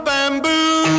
Bamboo